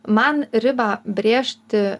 man ribą brėžti